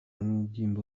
n’umubyimba